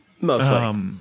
Mostly